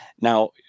Now